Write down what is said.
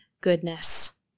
goodness